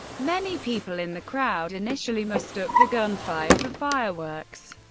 many people in the crowd initially mistook the gunfire for fireworks.